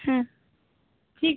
হ্যাঁ ঠিক